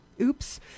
oops